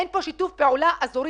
אין פה שיתוף פעולה אזורי.